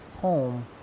home